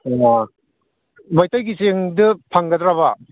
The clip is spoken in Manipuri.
ꯑꯥ ꯃꯩꯇꯩꯒꯤ ꯆꯦꯡꯗ ꯐꯪꯒꯗ꯭ꯔꯕ